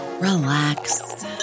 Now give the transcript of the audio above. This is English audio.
relax